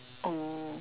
oh